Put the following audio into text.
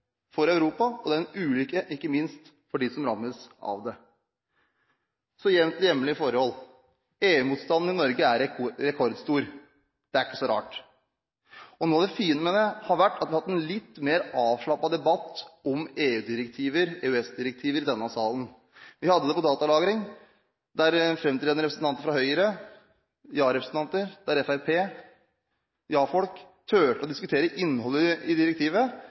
for Europa, og det er en ulykke ikke minst for dem som rammes av det. Så hjemlige forhold: EU-motstanden i Norge er rekordstor. Det er ikke så rart. Noe av det fine med det har vært at vi har hatt en litt mer avslappet debatt om EU/EØS-direktiver i denne salen. Vi hadde det om datalagring, der framtredende representanter fra Høyre, ja-representanter, der Fremskrittspartiet, ja-folk, turte å diskutere innholdet i direktivet.